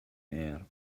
air